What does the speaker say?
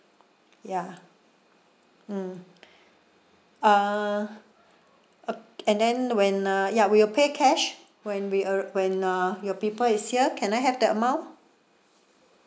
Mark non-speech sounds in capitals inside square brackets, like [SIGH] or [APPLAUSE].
ya mm [BREATH] uh up and then when uh yup will pay cash when we arr~ when uh your people is here can I have the amount